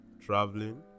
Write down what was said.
traveling